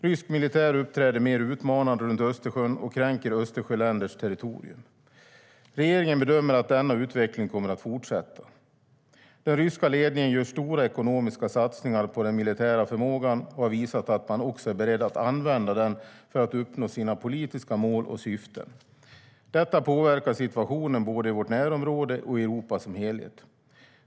Rysk militär uppträder mer utmanande runt Östersjön och kränker Östersjöländers territorium. Regeringen bedömer att denna utveckling kommer att fortsätta. Den ryska ledningen gör stora ekonomiska satsningar på den militära förmågan och har visat att de också är beredda att använda den för att uppnå sina politiska mål och syften. Detta påverkar situationen både i vårt närområde och i Europa som helhet.